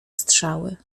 strzały